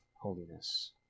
holiness